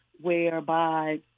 whereby